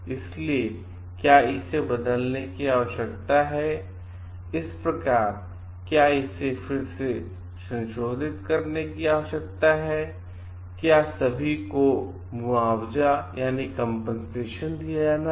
इसलिए क्या इसे बदलने की आवश्यकता है इस प्रकार क्या इसे फिर से संशोधित करने की आवश्यकता है और क्या सभी को मुआवजा दिया जाना है